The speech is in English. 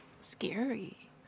Scary